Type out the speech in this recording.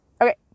Okay